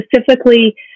specifically